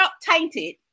tainted